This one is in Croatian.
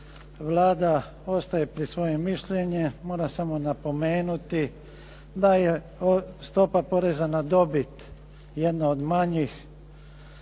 Vlada ostaje pri svojem mišljenju, moram samo napomenuti da je stopa poreza na dobit jedna od manjih